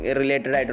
related